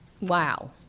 Wow